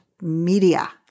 Media